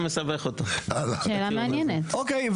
אוקיי.